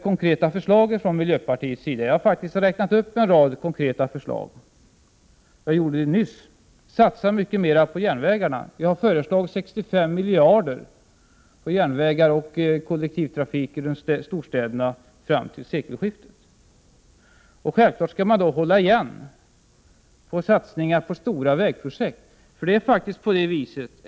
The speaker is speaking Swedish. Konkreta förslag från miljöpartiet har efterlysts. Jag har faktiskt räknat upp en rad konkreta förslag. Jag gjorde det nyss. Satsa mycket mer på järnvägarna! Vi har föreslagit 65 miljarder till järnvägar och kollektivtrafik runt storstäderna fram till sekelskiftet. Självklart skall satsningar på stora vägprojekt hållas igen.